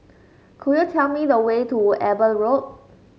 could you tell me the way to Eben Road